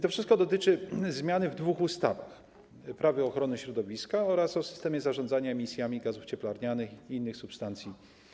To wszystko dotyczy zmiany w dwóch ustawach: w ustawie - Prawo ochrony środowiska oraz w ustawie o systemie zarządzania emisjami gazów cieplarnianych i innych substancji.